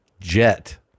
jet